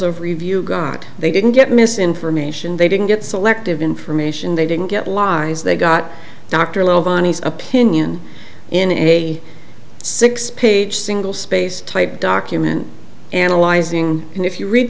of review got they didn't get misinformation they didn't get selective information they didn't get lies they got dr levy opinion in a six page single spaced typed document analyzing and if you read